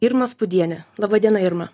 irma spudienė laba diena irma